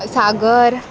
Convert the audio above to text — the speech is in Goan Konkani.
सागर